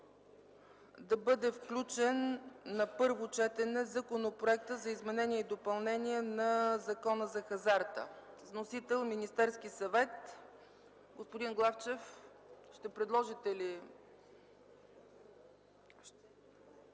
да бъде включен на първо четене Законопроект за изменение и допълнение на Закона за хазарта. Вносител е Министерският съвет. Господин Главчев, заповядайте.